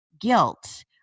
guilt